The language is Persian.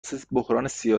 سیاسی